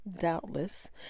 doubtless